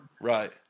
right